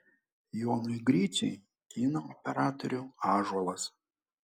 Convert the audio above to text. jonui griciui kino operatorių ąžuolas